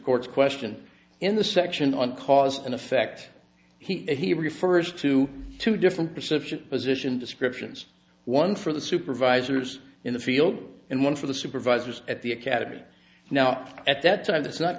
court's question in the section on cause and effect he refers to two different perception position descriptions one for the supervisors in the field and one for the supervisors at the academy now at that time that's not